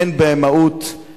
אין בהם מהות,